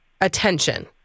attention